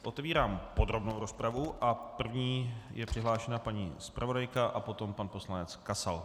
Otevírám podrobnou rozpravu a první je přihlášena paní zpravodajka a potom pan poslanec Kasal.